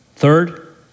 Third